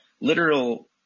literal